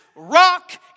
Rock